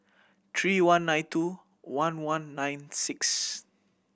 three one nine two one one nine six